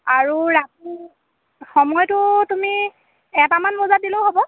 আৰু ৰাতি সময়টো তুমি এটামান বজাত দিলেও হ'ব